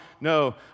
no